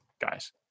guys